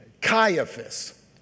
Caiaphas